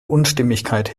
unstimmigkeit